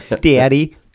daddy